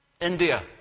India